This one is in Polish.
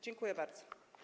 Dziękuję bardzo.